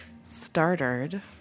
started